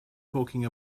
talking